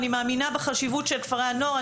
אני מאמינה בחשיבות של כפרי הנוער,